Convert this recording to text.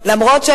לדורותיהן.